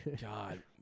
God